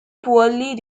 poorly